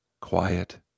quiet